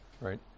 right